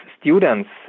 students